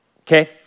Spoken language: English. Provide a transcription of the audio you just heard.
Okay